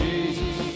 Jesus